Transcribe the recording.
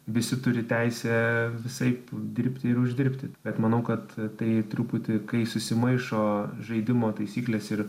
visi turi teisę visaip dirbti ir uždirbti bet manau kad tai truputį kai susimaišo žaidimo taisyklės ir